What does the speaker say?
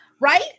Right